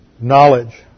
Knowledge